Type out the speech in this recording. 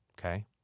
Okay